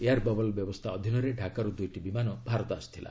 air bubble ବ୍ୟବସ୍ଥା ଅଧୀନରେ ଢାକାରୁ ଦୁଇଟି ବିମାନ ଭାରତ ଆସିଥିଲା